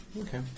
Okay